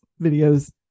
videos